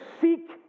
seek